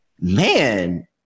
man